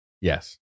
yes